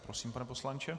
Prosím, pane poslanče.